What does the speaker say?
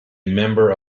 member